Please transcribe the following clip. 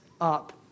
up